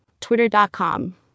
Twitter.com